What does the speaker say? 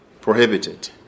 prohibited